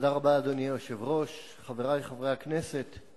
אדוני היושב-ראש, תודה רבה, חברי חברי הכנסת,